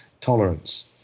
tolerance